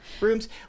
rooms